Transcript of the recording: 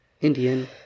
Indian